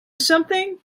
something